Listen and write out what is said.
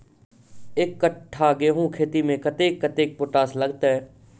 एक कट्ठा गेंहूँ खेती मे कतेक कतेक पोटाश लागतै?